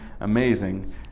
amazing